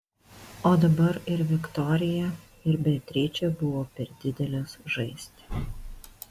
o dabar ir viktorija ir beatričė buvo per didelės žaisti